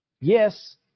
yes